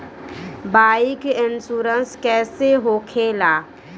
Bike insurance कैसे होखे ला?